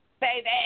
baby